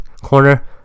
corner